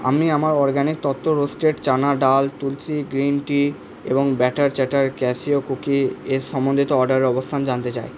আমি আমার organic Tattva roasted chana dal tulsi green tea এবং ব্যাটার চ্যাটার ক্যাশিউ কুকি এর সম্বন্ধিত অর্ডারের অবস্থান জানতে চাই